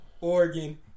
Oregon